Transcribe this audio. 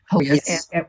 Yes